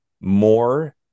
more